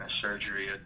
surgery